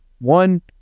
one